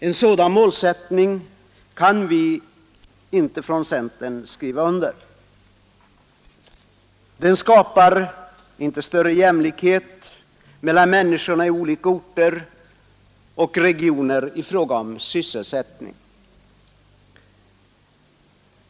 En sådan målsättning kan inte vi från centern skriva under. Den skapar inte större jämlikhet mellan människorna i olika orter och regioner i fråga om sysselsättning.